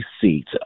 seat